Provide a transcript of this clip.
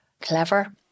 clever